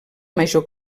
major